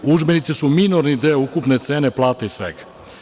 Udžbenici su minorni deo ukupne cene plate i svega.